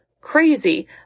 crazy